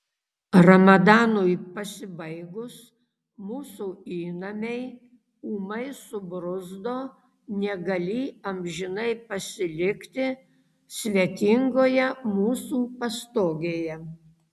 ramadanui pasibaigus mūsų įnamiai ūmai subruzdo negalį amžinai pasilikti svetingoje mūsų pastogėje